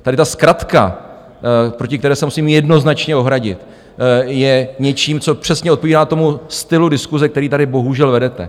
Tady ta zkratka, proti které se musím jednoznačně ohradit, je něčím, co přesně odpovídá tomu stylu diskuse, který tady bohužel vedete.